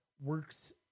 works